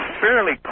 fairly